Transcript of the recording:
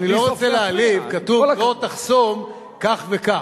אני לא רוצה להעליב, כתוב: לא תחסום כך וכך.